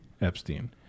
Epstein